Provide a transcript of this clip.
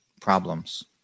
problems